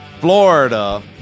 Florida